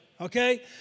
okay